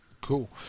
Cool